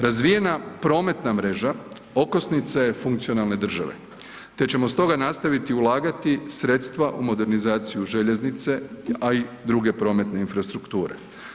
Razvijena prometna mreža okosnica je funkcionalne države, te ćemo stoga nastaviti ulagati sredstva u modernizaciju željeznice, a i druge prometne infrastrukture.